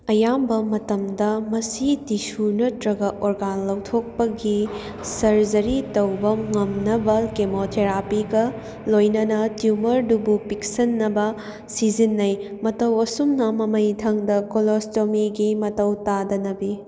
ꯑꯌꯥꯝꯕ ꯃꯇꯝꯗ ꯃꯁꯤ ꯇꯤꯁꯨ ꯅꯠꯇ꯭ꯔꯒ ꯑꯣꯔꯒꯥꯜ ꯂꯧꯊꯣꯛꯄꯒꯤ ꯁꯔꯖꯔꯤ ꯇꯧꯕ ꯉꯝꯅꯕ ꯀꯦꯃꯣ ꯊꯦꯔꯥꯄꯤꯒ ꯂꯣꯏꯅꯅ ꯇ꯭ꯌꯨꯃꯔꯗꯨꯕꯨ ꯄꯤꯛꯁꯟꯅꯕ ꯁꯤꯖꯤꯟꯅꯩ ꯃꯇꯧ ꯑꯁꯨꯝꯅ ꯃꯃꯩ ꯊꯪꯗ ꯀꯣꯂꯣꯁꯇꯣꯃꯤꯒꯤ ꯃꯇꯧ ꯇꯥꯗꯅꯕꯤ